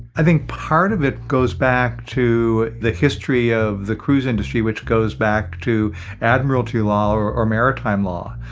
i think part of it goes back to the history of the cruise industry, which goes back to admiralty law or or maritime law,